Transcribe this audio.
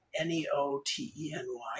N-E-O-T-E-N-Y